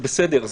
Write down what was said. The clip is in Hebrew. זה בסדר,